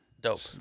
dope